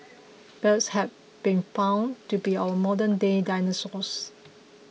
birds have been found to be our modernday dinosaurs